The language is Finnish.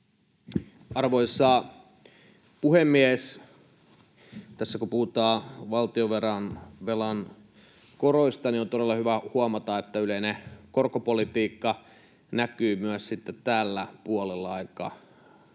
Arvoisa puhemies! Tässä kun puhutaan valtionvelan koroista, niin on todella hyvä huomata, että yleinen korkopolitiikka näkyy myös sitten tällä puolella aika